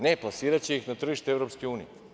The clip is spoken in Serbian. Ne, plasiraće ih na tržište EU.